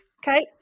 Okay